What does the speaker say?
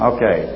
Okay